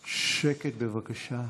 שקט, בבקשה.